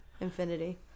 Infinity